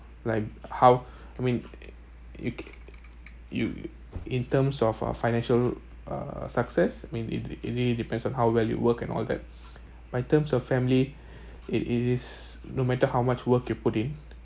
like how I mean you you in terms of our financial uh success I mean it it really depends on how well you work and all that but in terms of family it is no matter how much work you put in